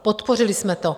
Podpořili jsme to.